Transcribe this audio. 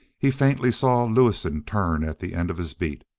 he faintly saw lewison turn at the end of his beat.